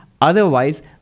Otherwise